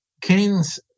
Keynes